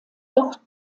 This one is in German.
wort